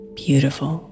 beautiful